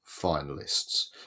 finalists